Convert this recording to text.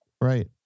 right